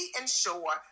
ensure